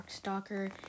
Darkstalker